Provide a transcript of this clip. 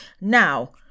now